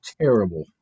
terrible